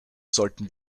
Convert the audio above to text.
sollten